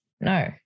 No